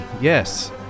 Yes